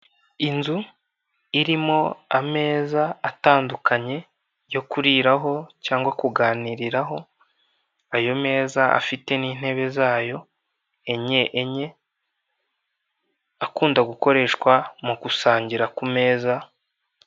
Inzu irimo ameza atandukanye yo kuriraho cyangwa kuganiriraraho ayo meza afite n'intebe zayo enye enye akunda gukoreshwa mu gusangira ku meza.